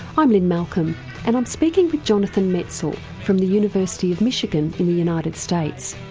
i'm lynne malcolm and i'm speaking with jonathan metzl from the university of michigan in the united states.